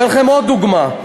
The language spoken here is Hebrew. אתן לכם עוד דוגמה.